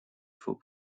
faut